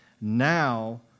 Now